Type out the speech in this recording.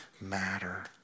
matter